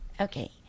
Okay